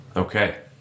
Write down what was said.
Okay